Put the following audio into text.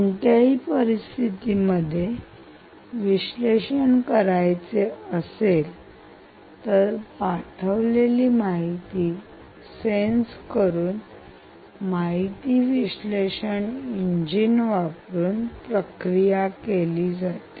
कोणत्याही परिस्थितीमध्ये विश्लेषण करायचे असेल तर पाठवलेली माहिती सेन्स करून माहिती विश्लेषण इंजिन वापरून प्रक्रिया केली जाते